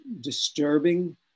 disturbing